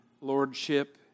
Lordship